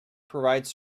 provides